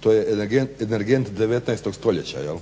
to je energent 19 stoljeća, jel